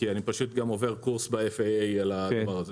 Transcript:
כי אני פשוט גם עובר קורס ב-FAA על הדבר הזה.